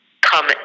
come